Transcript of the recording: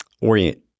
orient